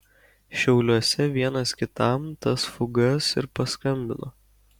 šiauliuose vienas kitam tas fugas ir paskambino